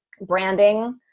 branding